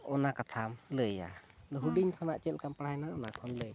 ᱚᱱᱟ ᱠᱟᱛᱷᱟᱢ ᱞᱟᱹᱭᱟ ᱦᱩᱰᱤᱧ ᱠᱷᱚᱱᱟᱜ ᱪᱮᱫᱞᱮᱠᱟᱢ ᱯᱟᱲᱦᱟᱭᱮᱱᱟ ᱚᱱᱟ ᱠᱷᱚᱱ ᱞᱟᱹᱭᱢᱮ